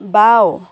বাওঁ